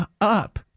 up